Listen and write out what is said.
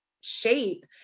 shape